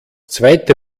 zweite